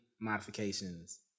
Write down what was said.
modifications